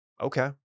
Okay